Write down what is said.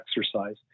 exercise